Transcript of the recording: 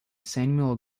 samuel